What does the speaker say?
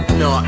no